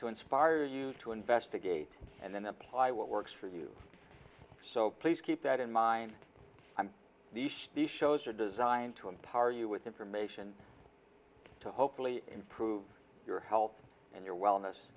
to inspire you to investigate and then apply what works for you so please keep that in mind i'm the shows are designed to empower you with information to hopefully improve your health and your wellness